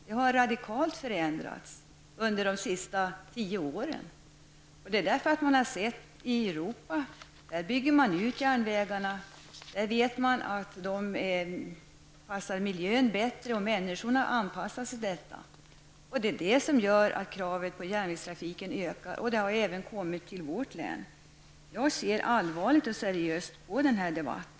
Detta har radikalt förändrats under de senaste tio åren, därför att man har sett att järnvägarna byggs ut i Europa. Där vet man att järnvägen passar miljön bättre, och människorna anpassar sig till detta. Det är det som gör att kraven på järnvägstrafik ökar, och det har kommit även till vårt län. Jag ser allvarligt och seriöst på denna debatt.